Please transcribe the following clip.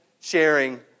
sharing